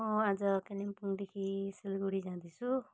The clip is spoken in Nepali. म आज कालिम्पोङदेखि सिलगढी जाँदैछु